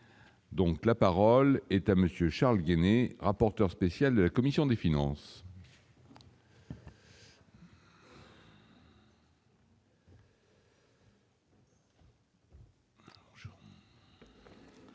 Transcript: donc la parole est à monsieur Charles Denner, rapporteur spécial de la commission des finances. Monsieur